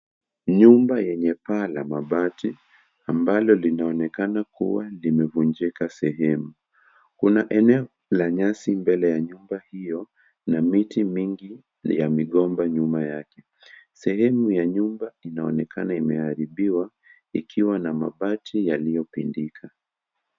Nyumba yenye paa la mabati ambalo linaonekana kuwa limevunjika sehemu. Kuna eneo la nyasi mbele ya nyumba hiyo na miti mingi ni ya migomba nyuma yake. Sehemu ya nyumba inaonekana imeharibiwa ikiwa na mabati yaliyopindika.